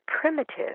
primitive